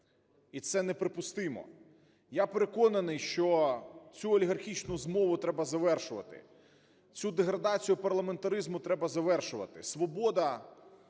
і це неприпустимо. Я переконаний, що цю олігархічну змову треба завершувати, цю деградацію парламентаризму треба завершувати. "Свобода"